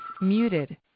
muted